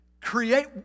create